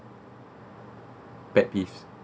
pet peeves